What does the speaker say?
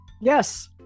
yes